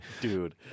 Dude